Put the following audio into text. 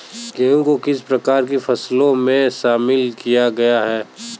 गेहूँ को किस प्रकार की फसलों में शामिल किया गया है?